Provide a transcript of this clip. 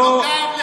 לא כאב לך אז?